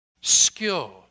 skill